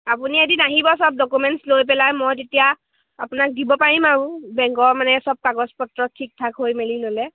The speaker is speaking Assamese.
আপুনি এদিন আহিব চব ডকুমেণ্টছ লৈ পেলাই মই তেতিয়া আপোনাক দিব পাৰিম আৰু বেংকৰ মানে চব কাগজ পত্ৰ ঠিক ঠাক হৈ মেলি ন'লে